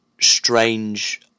strange